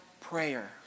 prayer